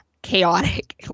chaotic